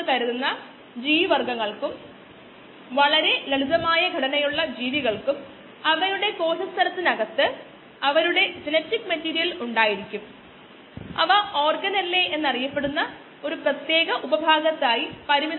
ഒരു റേറ്റ് എന്ന ആശയം വളരെയധികം പൊതുവായതാണ് ഇവിടെ റേറ്റ് ഒരു അക്യുമുലേഷൻ റേറ്റിന് തുല്യമായതിനാൽ ഒരു ബാച്ച് സിസ്റ്റത്തിന് മാത്രമേ സാധുതയുള്ളൂ